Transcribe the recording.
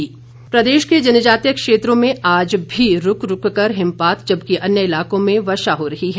मौसम प्रदेश के जनजातीय क्षेत्रों में आज भी रुक रुक कर हिमपात जबकि अन्य इलाकों में वर्षा हो रही है